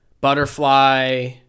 butterfly